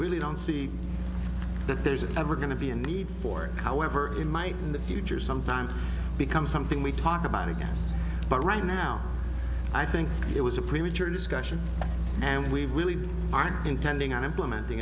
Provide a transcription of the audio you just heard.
really don't see that there's an ever going to be a need for however in my in the future sometimes becomes something we talk about again but right now i think it was a premature discussion and we are intending on implementing